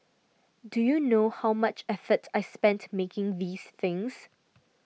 do you know how much effort I spent making these things